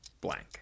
blank